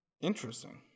Interesting